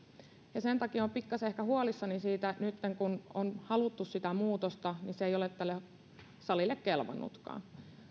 olen pikkuisen ehkä huolissani siitä että nyt kun on haluttu sitä muutosta niin se ei ole tälle salille kelvannutkaan